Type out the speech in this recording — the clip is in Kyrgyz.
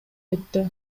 айтты